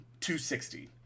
260